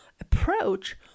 approach